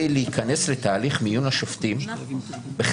להיכנס לתהליך מיון השופטים ואני אומר